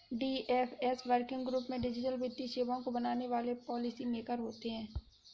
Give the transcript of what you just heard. DFS working group में digital वित्तीय सेवाओं को बनाने वाले पॉलिसी मेकर होते हैं